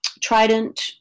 Trident